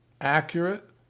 accurate